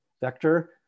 vector